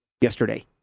yesterday